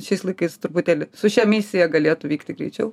šiais laikais truputėlį su šia misija galėtų vykti greičiau